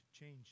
change